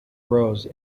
rose